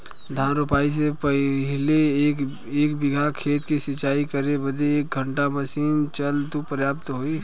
धान रोपाई से पहिले एक बिघा खेत के सिंचाई करे बदे क घंटा मशीन चली तू पर्याप्त होई?